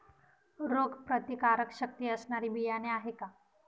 रोगप्रतिकारशक्ती असणारी बियाणे आहे का?